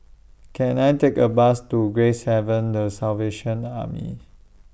Can I Take A Bus to Gracehaven The Salvation Army